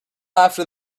after